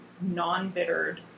non-bittered